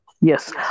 Yes